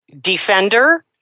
defender